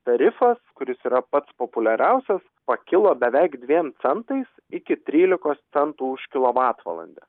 tarifas kuris yra pats populiariausias pakilo beveik dviem centais iki trylikos centų už kilovatvalandę